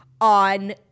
on